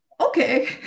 okay